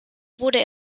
wurde